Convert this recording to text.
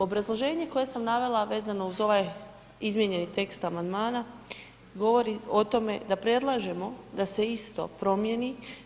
Obrazloženje koje sam navela vezano uz ovaj izmijenjeni tekst amandmana govori o tome da predlažemo da se isto promjeni.